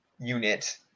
Unit